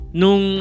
nung